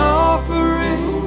offering